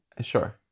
Sure